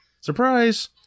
Surprise